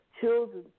Children